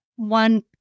one